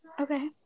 Okay